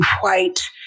white